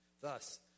Thus